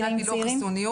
זה מבחינת פילוח חיסוניות,